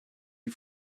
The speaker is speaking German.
die